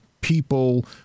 people